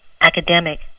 academic